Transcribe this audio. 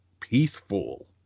peaceful